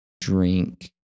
drink